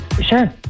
Sure